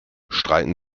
streiten